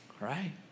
right